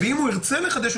אם הוא ירצה לחדש,